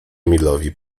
emilowi